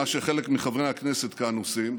מה שחלק מחברי הכנסת כאן עושים,